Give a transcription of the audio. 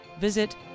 visit